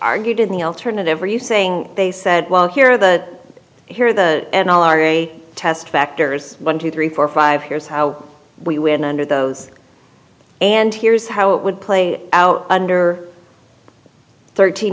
argued in the alternative are you saying they said well here that here the n r a test factors one two three four five here's how we win under those and here's how it would play out under thirteen